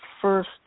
first